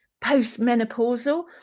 post-menopausal